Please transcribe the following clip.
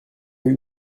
eue